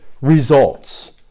results